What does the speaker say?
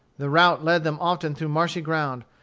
the route led them often through marshy ground,